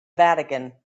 vatican